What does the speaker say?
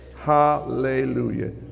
hallelujah